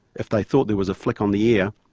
if they thought there was a flick on the ear,